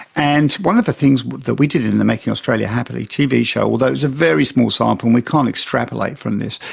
and one of the things that we did in the making australia happy tv show, although it was a very small sample and we can't extrapolate from this,